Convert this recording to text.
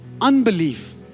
Unbelief